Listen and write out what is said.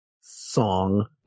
Song